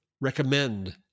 recommend